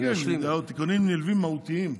כן, כן, תיקונים נלווים מהותיים.